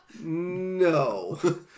No